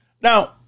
Now